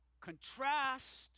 contrast